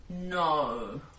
No